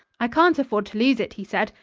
i can't afford to lose it, he said,